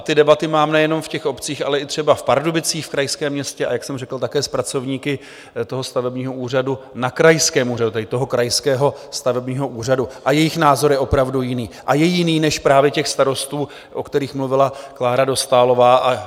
Ty debaty mám nejenom v těch obcích, ale i třeba v Pardubicích v krajském městě, a jak jsem řekl, také s pracovníky stavebního úřadu na krajském úřadu, tedy toho krajského stavebního úřadu, a jejich názor je opravdu jiný a je jiný než právě starostů, o kterých mluvila Klára Dostálová.